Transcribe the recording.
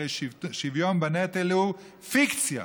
הרי 'שוויון בנטל' הוא פיקציה.